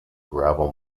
gravel